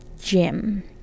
gym